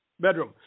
bedroom